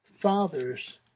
fathers